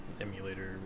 Emulator